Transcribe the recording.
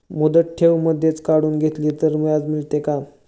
मुदत ठेव मधेच काढून घेतली तर व्याज मिळते का?